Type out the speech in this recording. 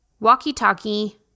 walkie-talkie